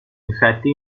insetti